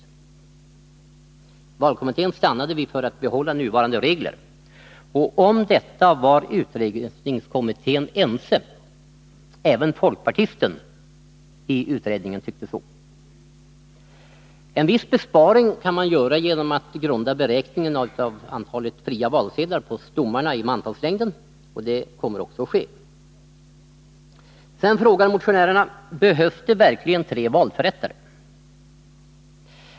I vallagskommittén stannade vi för att behålla nuvarande regler. Om detta var utredningskommittén ense — även folkpartisten i utredningen tyckte så. En viss besparing kan man göra genom att grunda beräkningen av antalet valsedlar på stommarna i mantalslängden, och det kommer också att göras. Behövs det tre valförrättare? frågar motionärerna.